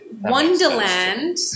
Wonderland